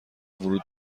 ورود